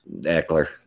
eckler